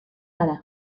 gara